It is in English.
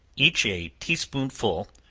each a tea-spoonful,